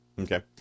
Okay